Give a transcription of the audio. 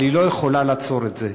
אבל היא לא יכולה לעצור את זה,